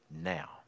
now